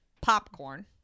popcorn